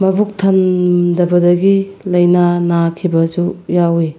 ꯃꯕꯨꯛ ꯊꯟꯗꯕꯗꯒꯤ ꯂꯥꯏꯅꯥ ꯅꯥꯈꯤꯕꯁꯨ ꯌꯥꯎꯋꯤ